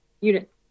Unit